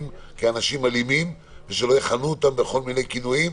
אנשים אלימים ושלא יכנו אותם בכל מיני כינויים,